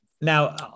Now